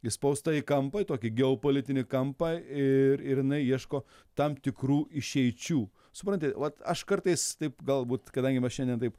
įspausta į kampą į tokį geopolitinį kampą ir ir jinai ieško tam tikrų išeičių supranti vat aš kartais taip galbūt kadangi mes šiandien taip